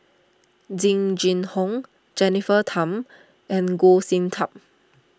Jing Jun Hong Jennifer Tham and Goh Sin Tub